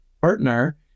partner